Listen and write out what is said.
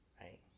right